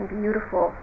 beautiful